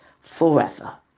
forever